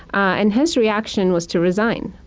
and his reaction was to resign.